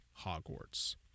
Hogwarts